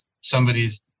somebody's